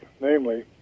namely